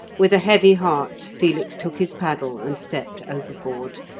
with a heavy heart, felix took his paddle and stepped overboard.